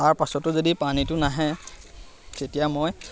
তাৰ পাছতো যদি পানীটো নাহে তেতিয়া মই